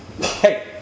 hey